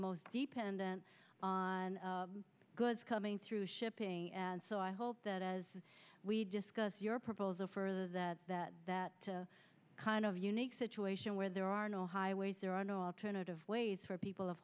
most dependent on goods coming through shipping and so i hope that as we discuss your proposal further that that that kind of unique situation where there are no highways there are no alternative ways for people